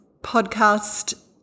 podcast